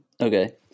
okay